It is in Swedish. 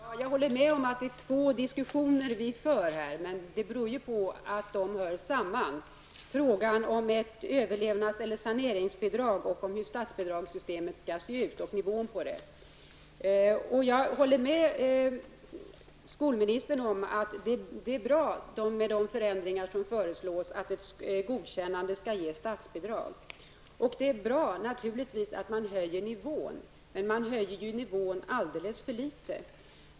Fru talman! Jag håller med om att vi här för två diskussioner. Det beror på att de hör samman. Det gäller frågan om ett överlevnads eller saneringsbidrag och om hur statsbidragssystemet skall se ut samt vilken nivå det skall ha. Jag håller med skolministern om att de förändringar som föreslås om att ett godkännande skall ge statsbidrag är bra. Det är naturligtvis bra att man höjer nivån. Man höjer dock nivån alldeles för litet.